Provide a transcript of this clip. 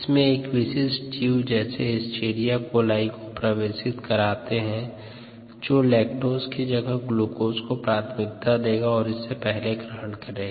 इसमें एक विशिष्ट जीव जैसे एस्चेरिचिया कोलाई प्रवेशित कराते है जो लैक्टोज की जगह ग्लूकोज को प्राथमिकता देगा और पहले इसे ग्रहण करेगा